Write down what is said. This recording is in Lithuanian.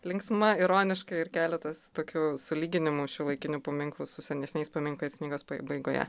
linksma ironiška ir keletas tokių sulyginimų šiuolaikinių paminklų su senesniais paminklais knygos pabaigoje